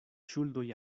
ŝuldoj